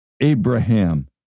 Abraham